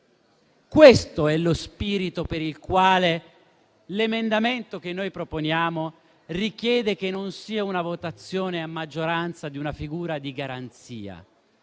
Questo è lo spirito per il quale l'emendamento che noi proponiamo richiede che non sia una votazione a maggioranza di una figura di garanzia.